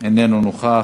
איננו נוכח.